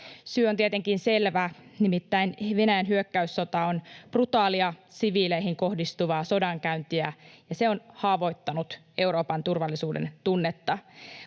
Syy on tietenkin selvä, nimittäin Venäjän hyökkäyssota on brutaalia siviileihin kohdistuvaa sodankäyntiä ja se on haavoittanut Euroopan turvallisuuden tunnetta.